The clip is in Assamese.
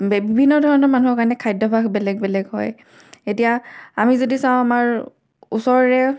বিভিন্ন ধৰণৰ মানুহৰ কাৰণে খাদ্যাভ্যাস বেলেগ বেলেগ হয় এতিয়া আমি যদি চাওঁ আমাৰ ওচৰৰে